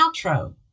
outro